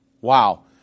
Wow